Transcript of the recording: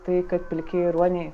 tai kad pilkieji ruoniai